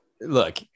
look